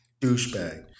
douchebag